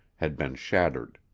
had been shattered.